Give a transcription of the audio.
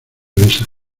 besan